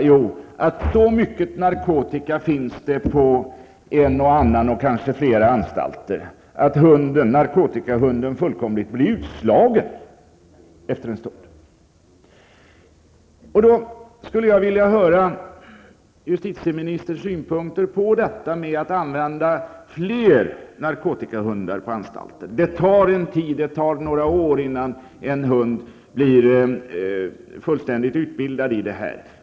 Jo, att det finns så mycket narkotika på en och annan och kanske på flera anstalter att narkotikahunden blir fullkomligt utslagen efter en stund. Jag skulle vilja höra justitieministerns synpunkter när det gäller att använda fler narkotikahundar på anstalterna. Det tar emellertid några år innan en hund blir fullständigt utbildad.